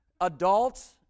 adults